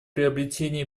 приобретения